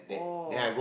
oh